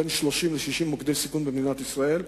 בין 30 ל-60 מוקדי סיכון במדינת ישראל,